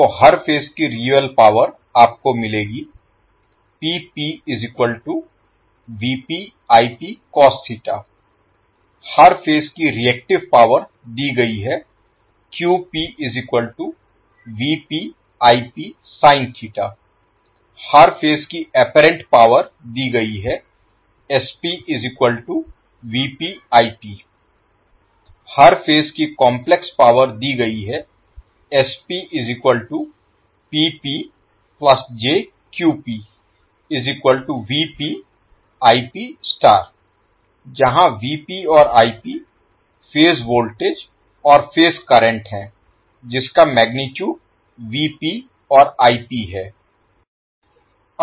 तो हर फेज की रियल पावर आपको मिलेगी हर फेज की रिएक्टिव पावर दी गयी है हर फेज की अप्पारेन्ट पावर दी गयी है हर फेज की काम्प्लेक्स पावर दी गयी है जहां और फेज वोल्टेज और फेज करंट हैं जिसका मैगनीटुड और है